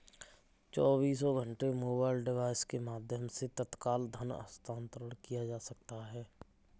चौबीसों घंटे mobile device के माध्यम से तत्काल धन हस्तांतरण किया जा सकता है